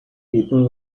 people